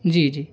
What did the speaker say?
जी जी